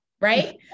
right